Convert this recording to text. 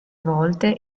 volte